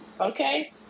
Okay